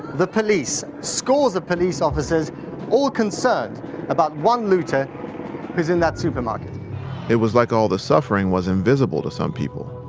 the police. scores of police officers are concerned about one looter who's in that supermarket it was like all the suffering was invisible to some people.